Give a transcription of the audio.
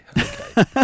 Okay